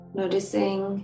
noticing